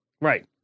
Right